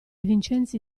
vincenzi